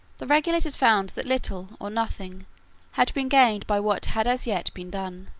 the regulators found that little or nothing had been gained by what had as yet been done.